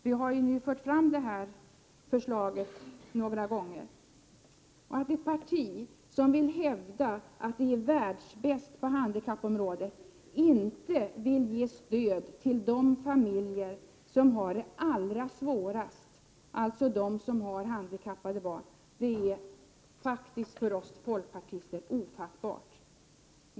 Vi har ju fört fram detta förslag några gånger vid det här laget. Att ett parti som vill hävda att det är världsbäst på handikappområdet inte vill ge stöd till de familjer som har det allra svårast, alltså de som har handikappade barn, är faktiskt för oss folkpartister ofattbart!